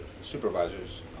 supervisors